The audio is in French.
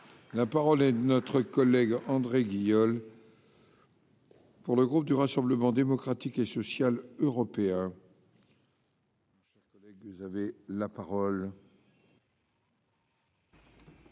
La parole est de notre collègue André Guillaume. Pour le groupe du Rassemblement démocratique et social européen. Je ne connais